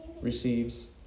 receives